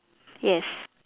yes